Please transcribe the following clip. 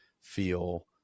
feel